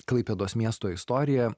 klaipėdos miesto istorija